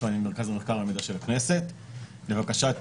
לבקשת